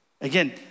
again